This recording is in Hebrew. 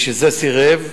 משזה סירב,